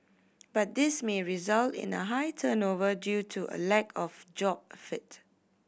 but this may result in a high turnover due to a lack of job fit